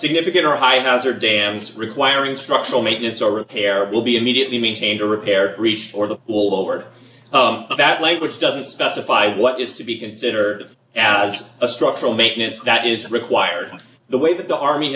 significant or high house or dams requiring structural maintenance or repair will be immediately maintained or repaired or the pull over that language doesn't specify what is to be considered as a structural maintenance that is required the way that the army